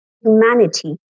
humanity